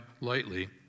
lightly